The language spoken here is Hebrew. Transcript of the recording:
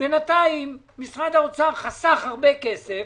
בינתיים משרד האוצר חסך הרבה כסף,